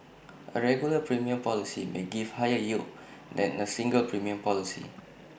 A regular premium policy may give higher yield than A single premium policy